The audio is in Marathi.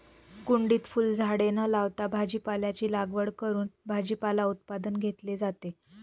कुंडीत फुलझाडे न लावता भाजीपाल्याची लागवड करून भाजीपाला उत्पादन घेतले जाते